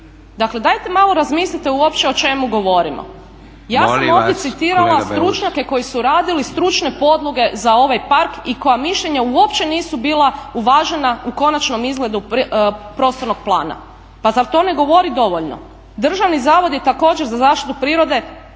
Dakle, dajte malo razmislite uopće o čemu govorimo. Ja sam ovdje citirala stručnjake koji su radili stručne podloge za ovaj park i koja mišljenja uopće nisu bila uvažena u konačnom izgledu prostornog plana. Pa zar to ne govori dovoljno? Državni zavod je također za zaštitu prirode